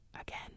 Again